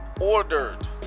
ordered